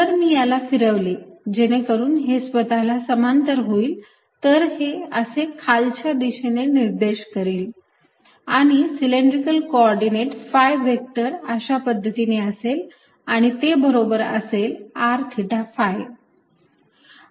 जर मी याला फिरवले जेणेकरून हे स्वतःला समांतर होईल तर हे असे खालच्या दिशेने निर्देश करील आणि cylindrical coordinate phi vector अशा पद्धतीने असेल आणि ते बरोबर असेल r थिटा phi